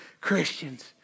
Christians